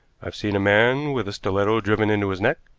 i've seen a man with a stiletto driven into his neck,